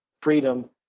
freedom